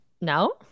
No